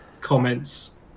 comments